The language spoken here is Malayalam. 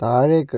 താഴേക്ക്